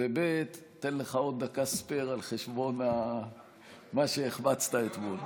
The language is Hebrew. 2. אתן לך עוד דקה ספייר על חשבון מה שהחמצת אתמול.